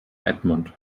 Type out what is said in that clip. edmund